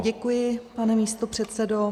Děkuji, pane místopředsedo.